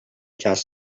just